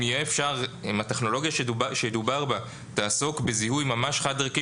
אם הטכנולוגיה שדובר בה תעסוק בזיהוי ממש חד ערכי